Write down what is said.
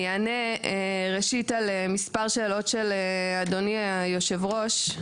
אני אענה על מספר שאלות של אדוני היושב ראש.